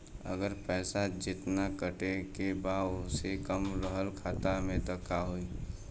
अगर पैसा जेतना कटे के बा ओसे कम रहल खाता मे त का होई?